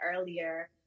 earlier